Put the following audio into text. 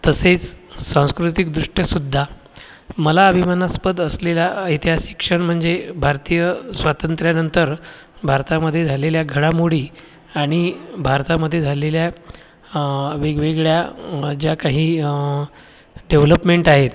तसेच सांस्कृतिकदृष्ट्या सुद्धा मला अभिमानास्पद असलेला हा ऐतिहासिक क्षण म्हणजे भारतीय स्वातंत्र्यानंतर भारतामध्ये झालेल्या घडामोडी आणि भारतामध्ये झालेल्या वेगवेगळ्या ज्या काही डेव्हलपमेंट आहेत